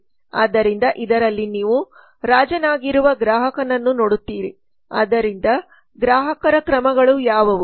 ಆದ್ದರಿಂದ ಇದರಲ್ಲಿ ನೀವು ರಾಜನಾಗಿರುವ ಗ್ರಾಹಕನನ್ನು ನೋಡುತ್ತೀರಿ ಆದ್ದರಿಂದ ಗ್ರಾಹಕರ ಕ್ರಮಗಳು ಯಾವುವು